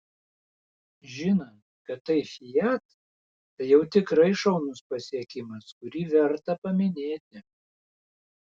žinant kad tai fiat tai jau tikrai šaunus pasiekimas kurį verta paminėti